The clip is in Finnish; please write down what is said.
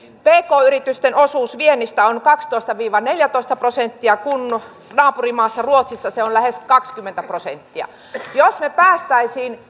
pk yritysten osuus viennistä on kaksitoista viiva neljätoista prosenttia kun naapurimaassa ruotsissa se on lähes kaksikymmentä prosenttia jos me pääsisimme